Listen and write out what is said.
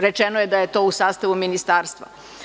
Rečeno je da je to u sastavu Ministarstva.